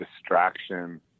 distraction